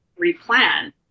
replan